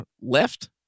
left